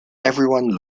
everyone